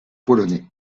polonais